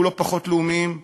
אנחנו לא פחות לאומיים,